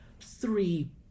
Three